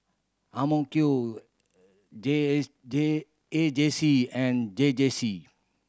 J S J A J C and J J C